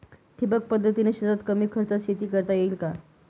ठिबक पद्धतीने शेतात कमी खर्चात शेती करता येईल का?